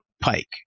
Pike